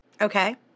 Okay